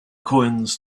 coins